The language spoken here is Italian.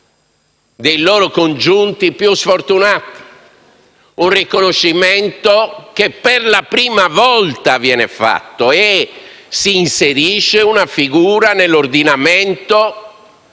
dei loro congiunti più sfortunati, un riconoscimento che per la prima volta viene dato, inserendo una figura nell'ordinamento